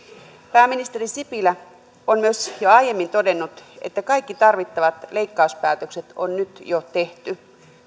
pääministeri sipilä on myös jo aiemmin todennut että kaikki tarvittavat leikkauspäätökset on nyt jo tehty